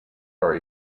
are